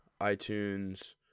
iTunes